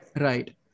Right